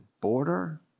border